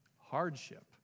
Hardship